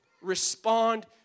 respond